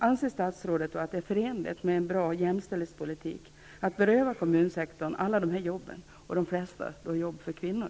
Anser statsrådet att det är förenligt med en bra jämställdhetspolitik att beröva kommunsektorn alla dessa jobb, framför allt från kvinnor?